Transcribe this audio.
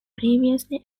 previously